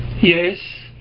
yes